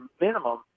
minimum